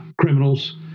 criminals